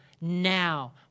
now